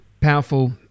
powerful